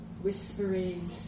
whispering